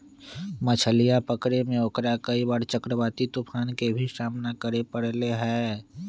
मछलीया पकड़े में ओकरा कई बार चक्रवाती तूफान के भी सामना करे पड़ले है